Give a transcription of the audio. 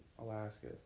Alaska